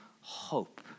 hope